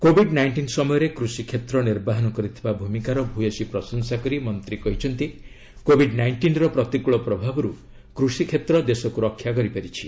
Covid nineteen ସମୟରେ କୃଷି କ୍ଷେତ୍ର ନିର୍ବାହନ କରିଥିବା ଭୂମିକାର ଭୟସୀ ପ୍ରଶଂସା କରି ମନ୍ତ୍ରୀ କହିଛନ୍ତି କୋବିଡ୍ ନାଇଣ୍ଟିନ୍ର ପ୍ରତିକ୍ଳ ପ୍ରଭାବରୁ କୃଷି କ୍ଷେତ୍ର ଦେଶକୁ ରକ୍ଷା କରିପାରିଛି